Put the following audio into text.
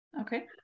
okay